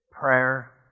prayer